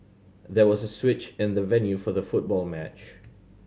there was a switch in the venue for the football match